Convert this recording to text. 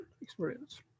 experience